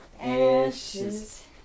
Ashes